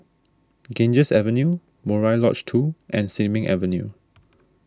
Ganges Avenue Murai Lodge two and Sin Ming Avenue